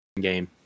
game